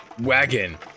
wagon